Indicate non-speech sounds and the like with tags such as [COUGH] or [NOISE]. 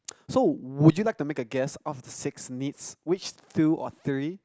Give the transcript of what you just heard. [NOISE] so would you like to make a guess out of the six needs which two or three